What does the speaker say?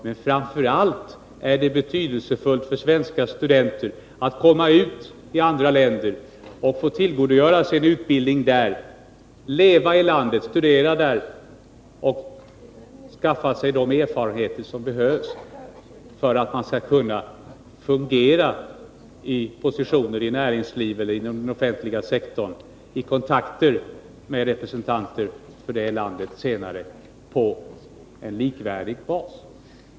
Men framför allt är det betydelsefullt för svenska studenter att komma ut till andra länder och få tillgodogöra sig en utbildning där, leva i landet, studera där och skaffa sig de erfarenheter som behövs för att man skall kunna fungera i positioner i näringslivet eller inom den offentliga sektorn och senare i kontakter med representanter för det landet på en likvärdig bas.